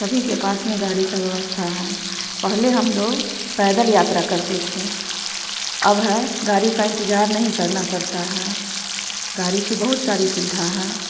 सभी के पास में गाड़ी का व्यवस्था है पहले हम लोग पैदल यात्रा करते थे अब है गाड़ी का इंतजार नहीं करना पड़ता हैं गाड़ी की बहुत सारी सुविधा हैं